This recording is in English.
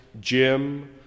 Jim